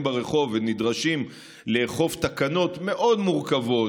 ברחוב ונדרשים לאכוף תקנות מאוד מורכבות,